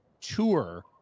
tour